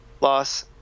Loss